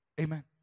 Amen